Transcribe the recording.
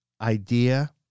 idea